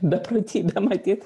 beprotybė matyt